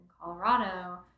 Colorado